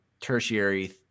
tertiary